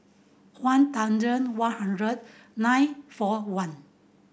one one hundred nine four one